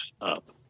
up